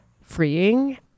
freeing